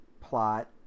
plot